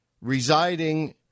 residing